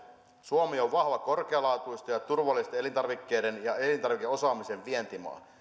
suomi on vahva korkealaatuisten ja turvallisten elintarvikkeiden ja elintarvikeosaamisen vientimaa